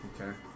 Okay